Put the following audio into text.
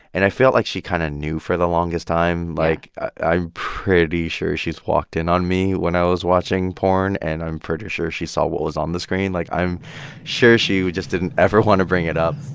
and i felt like she kind of knew for the longest time yeah like, i'm pretty sure she's walked in on me when i was watching porn, and i'm pretty sure she saw what was on the screen. like, i'm sure she just didn't ever want to bring it up